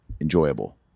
enjoyable